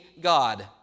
God